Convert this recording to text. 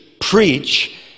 preach